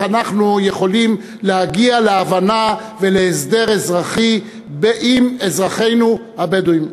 אנחנו יכולים להגיע להבנה ולהסדר אזרחי עם אזרחינו הבדואים.